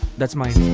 that's mine.